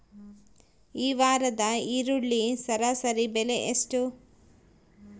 ಈ ವಾರದ ಈರುಳ್ಳಿ ಸರಾಸರಿ ಬೆಲೆ ಎಷ್ಟು?